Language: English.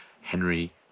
Henry